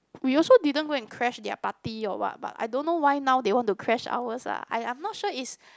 we also didn't go and crash their party or what but I don't know why now they want to crash ours ah I I'm not sure it's